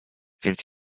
więc